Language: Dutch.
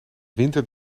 winter